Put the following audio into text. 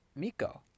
Miko